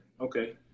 Okay